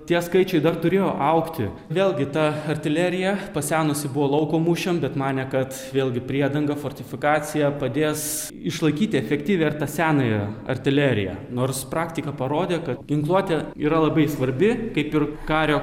tie skaičiai dar turėjo augti vėlgi ta artilerija pasenusi buvo lauko mūšiam bet manė kad vėlgi priedanga fortifikacija padės išlaikyti efektyvią ir tą senąją artileriją nors praktika parodė kad ginkluotė yra labai svarbi kaip ir kario